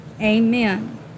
Amen